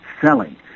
selling